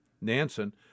Nansen